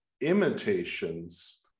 imitations